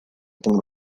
tendrá